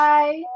Bye